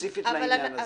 הספציפית לעניין הזה.